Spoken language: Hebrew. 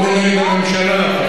ליום שני הקרוב,